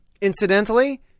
incidentally